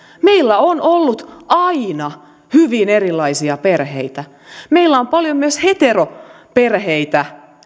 meillä on ollut aina hyvin erilaisia perheitä meillä on paljon myös heteroperheitä